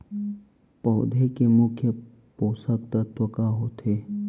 पौधे के मुख्य पोसक तत्व का होथे?